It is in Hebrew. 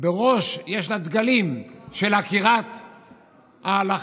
בראש יש לה דגלים של עקירת ההלכה,